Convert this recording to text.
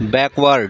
backward